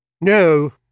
No